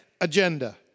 agenda